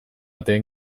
ate